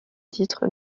titres